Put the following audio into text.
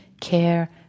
care